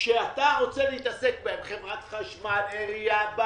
שאתה רוצה לעסוק בהן כמו חברת חשמל וכולי.